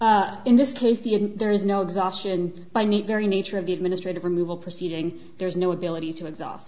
in this case the and there is no exhaustion by need very nature of the administrative removal proceeding there's no ability to exhaust